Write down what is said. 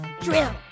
Drill